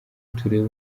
turebe